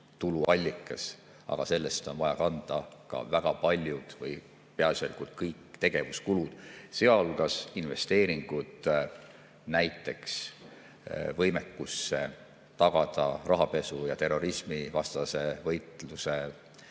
tuluallikas, aga sellest on vaja kanda ka väga paljud või peaasjalikult kõik tegevuskulud, sealhulgas näiteks investeeringud võimekusse tagada rahapesu- ja terrorismivastase võitluse